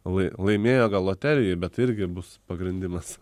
lai laimėjo loterijoj bet tai irgi bus pagrindimas